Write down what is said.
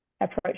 approach